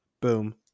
boom